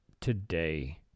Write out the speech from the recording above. today